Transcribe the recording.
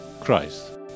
christ